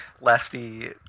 lefty